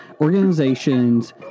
organizations